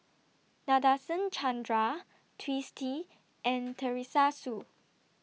Nadasen Chandra Twisstii and Teresa Hsu